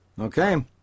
Okay